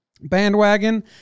bandwagon